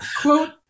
quote